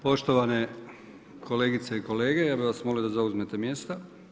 Poštovane kolegice i kolege, ja bi vas molio da zauzmete mjesta.